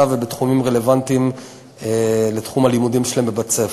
ובתחומים רלוונטיים לתחום הלימודים שלהם בבית-הספר.